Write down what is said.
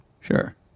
Sure